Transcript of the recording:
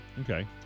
Okay